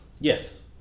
Yes